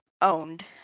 owned